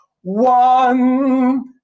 One